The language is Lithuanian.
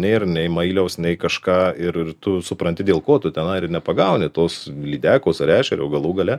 nėr nei mailiaus nei kažką ir ir tu supranti dėl ko tu tenai ir nepagauni tos lydekos ar ešerio galų gale